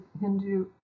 Hindu